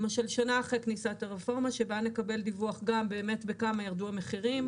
למשל שנה אחרי כניסת הרפורמה שנקבל דיווח גם באמת בכמה ירדו המחירים,